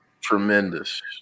tremendous